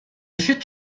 assured